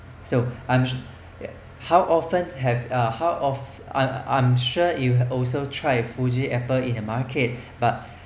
so I'm how often have uh how of I'm I'm sure you also try fuji apple in the market but